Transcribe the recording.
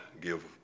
give